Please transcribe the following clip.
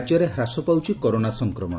ରାକ୍ୟରେ ହ୍ରାସ ପାଉଛି କରୋନା ସଂକ୍ରମଣ